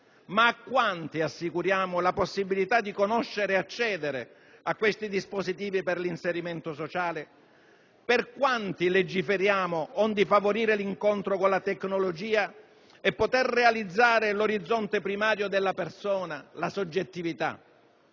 Ma a quanti assicuriamo la possibilità di conoscere e accedere a questi dispositivi per l'inserimento sociale? Per quanti legiferiamo onde favorire l'incontro con la tecnologia e poter realizzare l'orizzonte primario della persona, la soggettività?